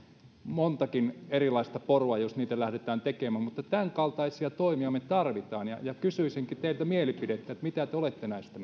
montakin erilaista porua jos niitä lähdetään tekemään mutta tämänkaltaisia toimia me tarvitsemme ja kysyisinkin teiltä mielipidettä mitä te olette näistä